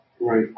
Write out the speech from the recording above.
Right